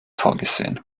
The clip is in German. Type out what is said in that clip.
vorgesehen